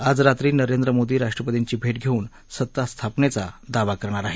आज रात्री नरेंद्र मोदी राष्ट्रपतींची भेट घेऊन सत्ता स्थापनेचा दावा करणार आहे